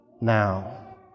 now